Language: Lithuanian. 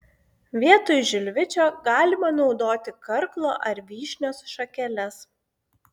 vietoj žilvičio galima naudoti karklo ar vyšnios šakeles